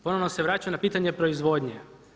Ponovno se vraćam na pitanje proizvodnje.